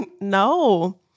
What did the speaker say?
No